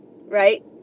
right